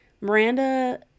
Miranda